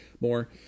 more